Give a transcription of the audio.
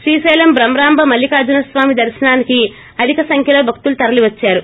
శ్రీశైలం భ్రమరాంబ మల్లికార్టునస్వామి దర్శనానికి అధిక సంఖ్యలో భక్తులు తరలి వద్చారు